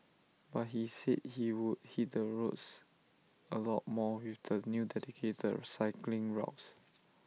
but he said he would hit the roads A lot more with the new dedicated cycling routes